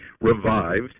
revived